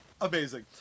Amazing